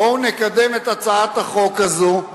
בואו נקדם את הצעת החוק הזאת,